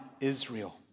Israel